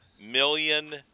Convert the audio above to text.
million